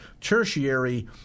tertiary